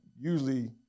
usually